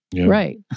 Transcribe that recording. Right